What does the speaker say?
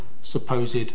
supposed